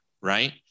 right